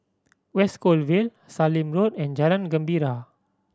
West Coast Vale Sallim Road and Jalan Gembira